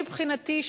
מבחינתי,